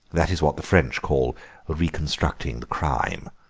that is what the french call reconstructing the crime.